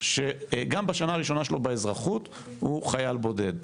שגם בשנה הראשונה שלו באזרחות הוא חייל בודד.